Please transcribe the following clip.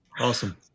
Awesome